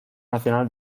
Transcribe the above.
nacional